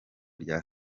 rya